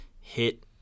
hit